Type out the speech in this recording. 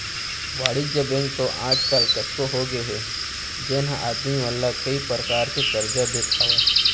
वाणिज्य बेंक तो आज काल कतको होगे हे जेन ह आदमी मन ला कई परकार के करजा देत हावय